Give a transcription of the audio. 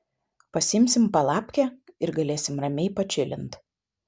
pasiimsim palapkę ir galėsim ramiai pačilint